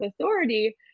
authority